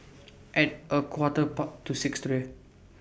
At A Quarter part to six today